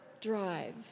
drive